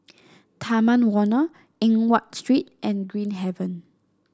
Taman Warna Eng Watt Street and Green Haven